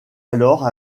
alors